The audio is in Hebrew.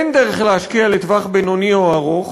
אין דרך להשקיע לטווח בינוני או ארוך